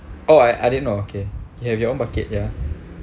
oh I I didn't know okay you have your own bucket ya